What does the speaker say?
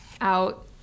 out